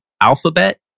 Alphabet